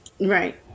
right